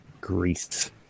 grease